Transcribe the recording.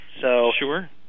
Sure